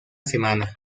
semana